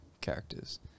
characters